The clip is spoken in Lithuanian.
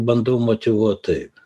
bandau motyvuot taip